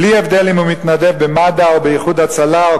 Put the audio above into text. בלי הבדל אם הוא מתנדב במד"א או ב"איחוד הצלה" או